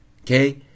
okay